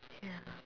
ya